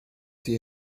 sie